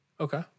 Okay